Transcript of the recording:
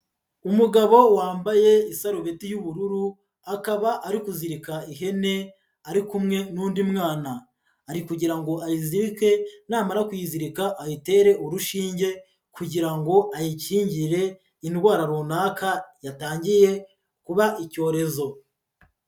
Umugabo wambaye isarubeti y'ubururu, akaba ari kuzirika ihene ari kumwe n'undi mwana, ari kugira ngo ayizirike, namara kuyizirika ayitere urushinge kugira ngo ayikingire indwara runaka yatangiye kuba icyorezo.